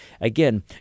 Again